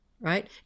right